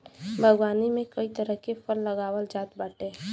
बागवानी में कई तरह के फल लगावल जात बाटे